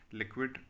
liquid